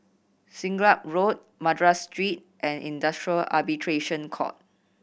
Siglap Road Madras Street and Industrial Arbitration Court